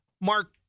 Mark